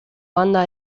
banda